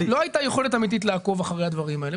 לא הייתה יכולת אמיתית לעקוב אחרי הדברים האלה.